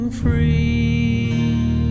free